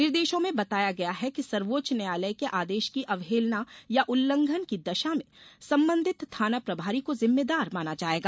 निर्देशों में बताया गया है कि सर्वोच्च न्यायालय के आदेश की अवहेलना या उल्लंघन की दशा में संबंधित थाना प्रभारी को जिम्मेदार माना जायेगा